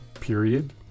period